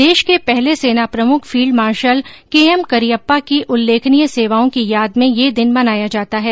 देश के पहले सेना प्रमुख फील्ड मार्शल केएम करियप्पा की उल्लेखनीय सेवाओं की याद में यह दिन मनाया जाता है